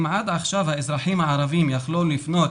אם עד עכשיו האזרחים הערבים יכלו לפנות